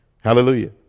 Hallelujah